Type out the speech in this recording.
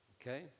okay